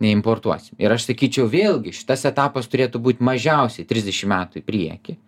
importuosim ir aš sakyčiau vėlgi šitas etapas turėtų būt mažiausiai trisdešim metų į priekį